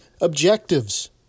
objectives